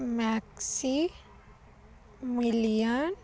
maxi ਮਲੀਆ